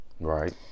right